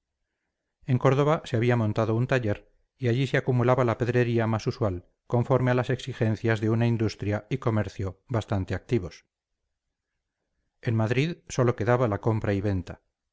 en córdoba se había montado un taller y allí se acumulaba la pedrería más usual conforme a las exigencias de una industria y comercio bastante activos en madrid sólo quedaba la compra y venta